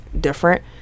different